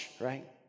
right